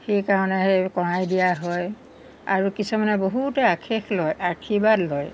সেইকাৰণে সেই কড়াই দিয়া হয় আৰু কিছুমানে বহুতে আশেষ লয় আশীৰ্বাদ লয়